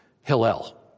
Hillel